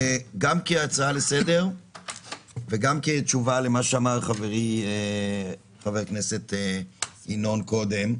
גם כהצעה לסדר וגם כתשובה למה שאמר חברי ינון אזולאי קודם,